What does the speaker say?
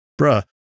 Bruh